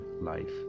life